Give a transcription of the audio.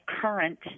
current